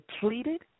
depleted